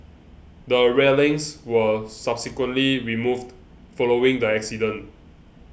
the railings were subsequently removed following the accident